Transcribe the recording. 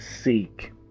seek